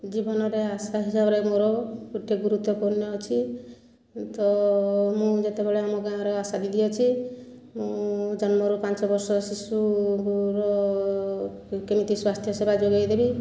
ଜୀବନରେ ଆଶା ହିସାବରେ ମୋର ଗୋଟିଏ ଗୁରୁତ୍ୱପୂର୍ଣ୍ଣ ଅଛି ତ ମୁଁ ଯେତେବେଳେ ଆମ ଗାଁର ଆଶା ଦିଦି ଅଛି ମୁଁ ଜନ୍ମରୁ ପାଞ୍ଚ ବର୍ଷର ଶିଶୁ ର କେମିତି ସ୍ୱାସ୍ଥ୍ୟ ସେବା ଯୋଗାଇ ଦେବି